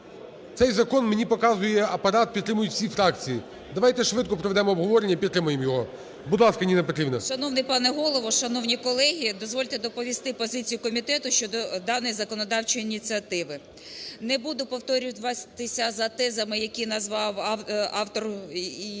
Цей закон, мені показує Апарат, підтримують всі фракції. Давайте швидко проведемо обговорення і підтримаємо його. Будь ласка, Ніна Петрівна. 17:42:14 ЮЖАНІНА Н.П. Шановний пане Голово! Шановні колеги! Дозвольте доповісти позицію комітету щодо даної законодавчої ініціативи. Не буду повторюватися тезами, які назвав автор і